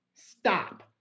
stop